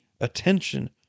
attention